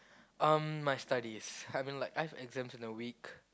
uh my studies I mean like I have exams in a week